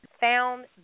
found